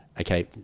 Okay